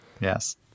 Yes